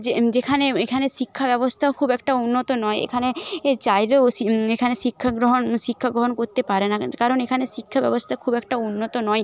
যে যেখানে এখানের শিক্ষাব্যবস্থাও খুব একটা উন্নত নয় এখানে এ চাইলেও এখানে শিক্ষা গ্রহণ শিক্ষা গ্রহণ করতে পারে না কারণ এখানের শিক্ষা ব্যবস্থা খুব একটা উন্নত নয়